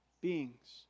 beings